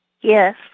Yes